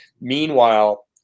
Meanwhile